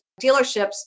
dealerships